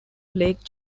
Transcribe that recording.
lake